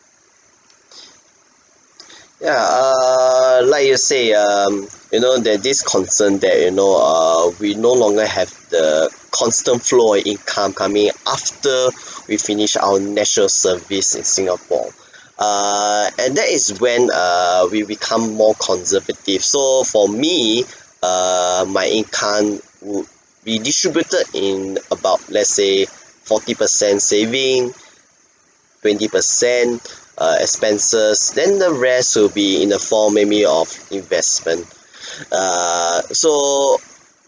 ya err like you say um you know there's this concern that you know err we no longer have the constant flow of income coming after we finish our national service in singapore err and that is when err we become more conservative so for me err my income would be distributed in about let's say forty percent saving twenty percent err expenses than the rest will be in the form maybe of investment err so